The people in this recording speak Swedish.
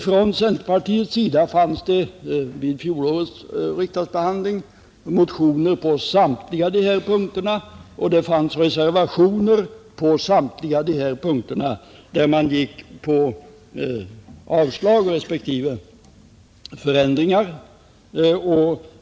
Från centerpartiets sida väcktes förra året motioner och avgavs reservationer på samtliga dessa punkter, varvid yrkades avslag på de föreslagna ändringarna.